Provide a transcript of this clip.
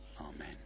Amen